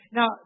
Now